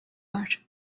var